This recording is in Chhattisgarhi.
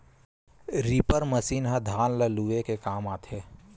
रीपर मसीन ह धान ल लूए के काम आथे